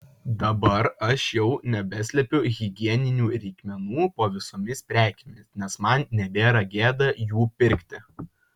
dabar aš jau nebeslepiu higieninių reikmenų po visomis prekėmis nes man nebėra gėda jų pirkti